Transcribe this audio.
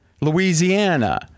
Louisiana